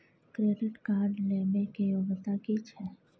Credit card लेबै के योग्यता कि छै?